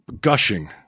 gushing